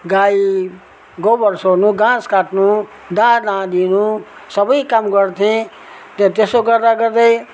गाई गोबर सोर्नु घाँस काट्नु दाना दिनु सबै काम गर्थेँ त्यहाँ त्यसो गर्दा गर्दै